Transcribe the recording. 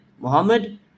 Muhammad